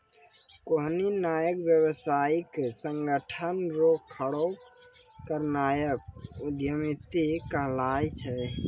कोन्हो नयका व्यवसायिक संगठन रो खड़ो करनाय उद्यमिता कहलाय छै